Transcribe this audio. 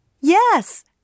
Yes